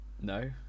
No